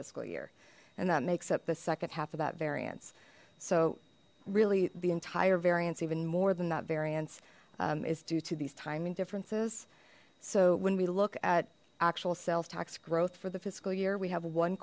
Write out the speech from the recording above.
the fiscal year and that makes up the second half of that variance so really the entire variance even more than that variance is due to these timing differences so when we look at actual sales tax growth for the fiscal year we have one